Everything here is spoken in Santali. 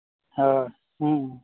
ᱦᱳᱭ ᱦᱮᱸ